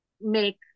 make